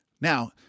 Now